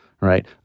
right